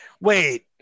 wait